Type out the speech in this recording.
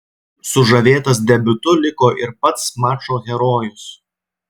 sužavėtas debiutu liko ir pats mačo herojus